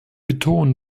betonen